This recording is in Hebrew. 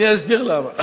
ואני אסביר למה.